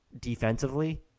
defensively